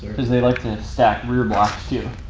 cause they like to stack rear blocks, too.